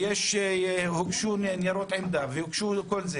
הוגשו ניירות עמדה וכולי,